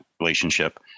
relationship